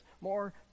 more